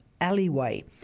alleyway